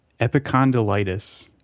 epicondylitis